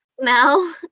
now